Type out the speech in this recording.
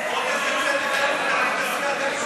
איזה ועדה יש לך בכיס?